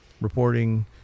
reporting